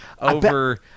over